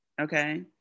okay